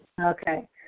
Okay